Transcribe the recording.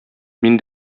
мин